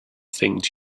things